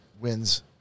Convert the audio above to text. wins